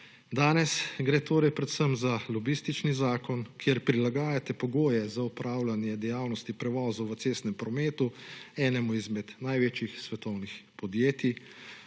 Danes gre torej predvsem za lobistični zakon, kjer prilagajate pogoje za upravljanje dejavnosti prevozov v cestnem prometu enemu izmed največjih svetovnih podjetij,